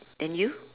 then you